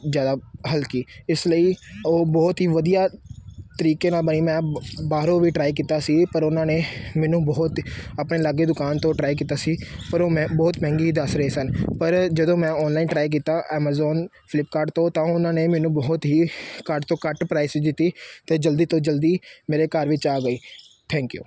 ਜ਼ਿਆਦਾ ਹਲਕੀ ਇਸ ਲਈ ਉਹ ਬਹੁਤ ਹੀ ਵਧੀਆ ਤਰੀਕੇ ਨਾਲ ਬਣੀ ਮੈਂ ਬਾਹਰੋਂ ਵੀ ਟਰਾਈ ਕੀਤਾ ਸੀ ਪਰ ਉਹਨਾਂ ਨੇ ਮੈਨੂੰ ਬਹੁਤ ਆਪਣੇ ਲਾਗੇ ਦੁਕਾਨ ਤੋਂ ਟਰਾਈ ਕੀਤਾ ਸੀ ਪਰ ਉਹ ਮੈਂ ਬਹੁਤ ਮਹਿੰਗੀ ਦੱਸ ਰਹੇ ਸਨ ਪਰ ਜਦੋਂ ਮੈਂ ਔਨਲਾਈਨ ਟਰਾਈ ਕੀਤਾ ਐਮਾਜੋਨ ਫਲਿੱਪਕਾਰਟ ਤੋਂ ਤਾਂ ਉਹਨਾਂ ਨੇ ਮੈਨੂੰ ਬਹੁਤ ਹੀ ਘੱਟ ਤੋਂ ਘੱਟ ਪ੍ਰਾਈਸ 'ਚ ਦਿੱਤੀ ਅਤੇ ਜਲਦੀ ਤੋਂ ਜਲਦੀ ਮੇਰੇ ਘਰ ਵਿੱਚ ਆ ਗਈ ਥੈਂਕ ਯੂ